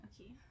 Okay